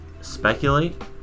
speculate